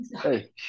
Hey